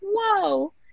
whoa